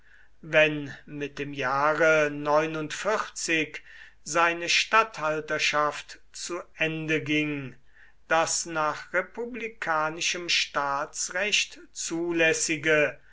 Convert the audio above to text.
wenn mit dem jahre seine statthalterschaft zu ende ging das nach republikanischem staatsrecht zulässige